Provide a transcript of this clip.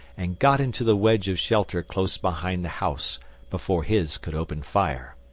and got into the wedge of shelter close behind the house before his could open fire.